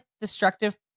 destructive